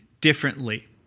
differently